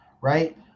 right